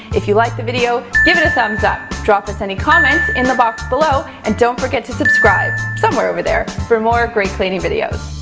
if you liked the video, give it a thumbs up. drop us any comments in the box below. and don't forget to subscribe, somewhere over there, for more great cleaning videos.